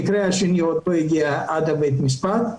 המקרה השני עדיין לא הגיע עד בית המשפט.